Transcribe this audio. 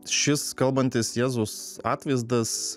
šis kalbantis jėzaus atvaizdas